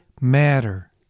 matter